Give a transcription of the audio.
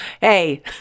hey